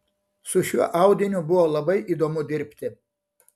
su šiuo audiniu buvo labai įdomu dirbti